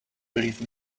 believe